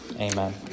Amen